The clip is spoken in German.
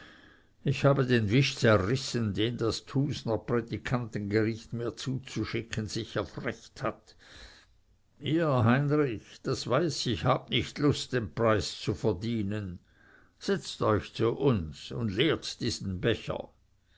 ich habe den wisch zerrissen den das thusnerprädikantengericht mir zuzuschicken sich erfrecht hat ihr heinrich das weiß ich habt nicht lust den preis zu verdienen setzt euch zu uns und leert diesen becher